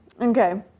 Okay